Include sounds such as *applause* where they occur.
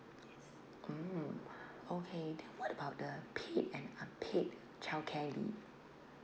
mm *breath* okay then what about the paid and unpaid childcare leave